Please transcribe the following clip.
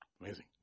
Amazing